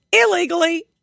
illegally